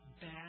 bad